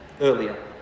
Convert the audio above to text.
earlier